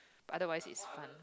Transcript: otherwise it's fun